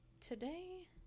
today